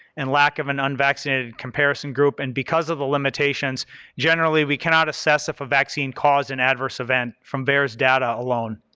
and lack of an unvaccinated comparison group, and because of the limitations generally we cannot assess if a vaccine caused an adverse event from vers data alone.